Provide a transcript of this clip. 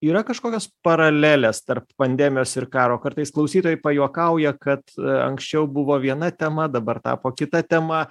yra kažkokios paralelės tarp pandemijos ir karo kartais klausytojai pajuokauja kad anksčiau buvo viena tema dabar tapo kita tema